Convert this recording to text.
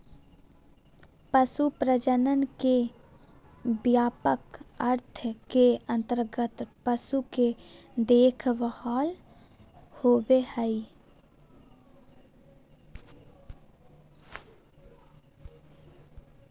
पशु प्रजनन के व्यापक अर्थ के अंतर्गत पशु के देखभाल होबो हइ